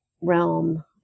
realm